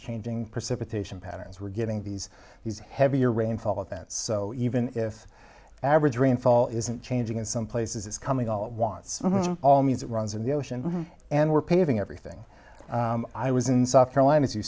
changing precipitation patterns we're getting these these heavier rainfall events so even if average rainfall isn't changing in some places it's coming all it wants all means it runs in the ocean and we're paving everything i was in softer line as you